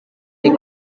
des